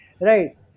right